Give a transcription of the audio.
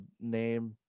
name